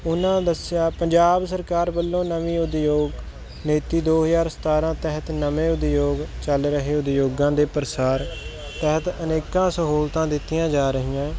ਉਹਨਾਂ ਦੱਸਿਆ ਪੰਜਾਬ ਸਰਕਾਰ ਵੱਲੋਂ ਨਵੀਂ ਉਦਯੋਗ ਨੀਤੀ ਦੋ ਹਜ਼ਾਰ ਸਤਾਰ੍ਹਾਂ ਤਹਿਤ ਨਵੇਂ ਉਦਯੋਗ ਚੱਲ ਰਹੇ ਉਦਯੋਗਾਂ ਦੇ ਪ੍ਰਸਾਰ ਤਹਿਤ ਅਨੇਕਾਂ ਸਹੂਲਤਾਂ ਦਿੱਤੀਆਂ ਜਾ ਰਹੀਆਂ